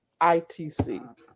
ITC